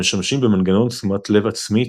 המשתמשים במנגנון תשומת לב עצמית,